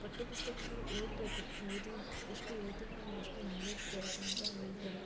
ಪಠ್ಯಪುಸ್ತಕಗಳು ಓದಬೇಕು ಓದಿ ಎಷ್ಟು ಓದುತ್ತೀವೊ ನಮ್ಗೆ ಅಷ್ಟು ನಾಲೆಜ್ ಬರುತ್ತೆ ಅಂತ ಹೇಳ್ತಾರೆ